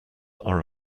are